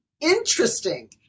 interesting